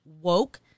woke